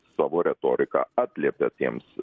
savo retorika atliepia tiems